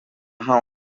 ha